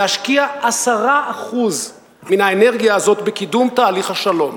להשקיע 10% מן האנרגיה הזאת בקידום תהליך השלום,